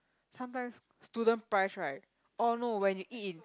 sometimes student price right orh no when you eat in